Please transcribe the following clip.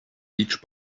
each